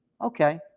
Okay